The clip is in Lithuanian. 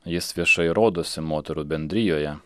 jis viešai rodosi moterų bendrijoje